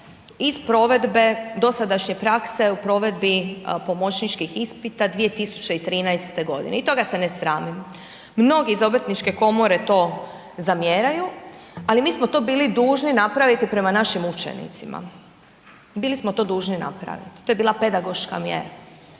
iz provedbe dosadašnje prakse u provedbi pomoćničkih ispita 2013. g. i toga se ne sramim. Mnogi iz Obrtničke komore to zamjeraju ali mi smo to bili dužni napraviti prema našim učenicima, bili smo to dužni napraviti, to je bila pedagoška mjera.